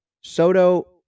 Soto